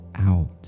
out